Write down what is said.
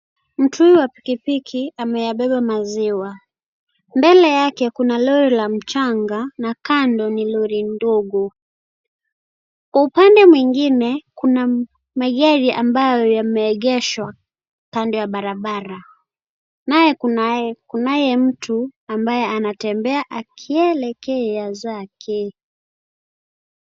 Mtu wa pikipiki ameyabeba maziwa. Mbele yake kuna lori la mchanga na kando ni lori ndogo. Kwa upande mwingine kuna magari ambayo yameegeshwa kando ya barabara. Naye kunaye mtu ambaye anatembea akielekea zake.